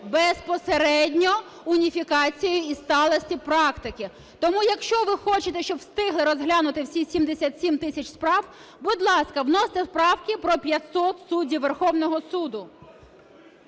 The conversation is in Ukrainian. безпосередньо уніфікацією і сталості практики. Тому, якщо ви хочете, щоб встигли розглянути всі 77 тисяч справ, будь ласка, вносьте правки про 500 суддів Верховного Суду.